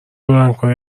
برانکوی